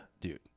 Dude